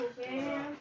okay